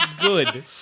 Good